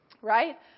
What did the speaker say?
Right